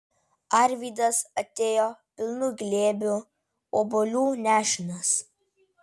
arvydas atėjo pilnu glėbiu obuolių nešinas